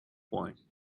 point